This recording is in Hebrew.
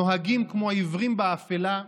נוהגים כמו עיוורים באפלה,